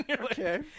Okay